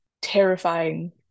terrifying